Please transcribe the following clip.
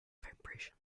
vibrations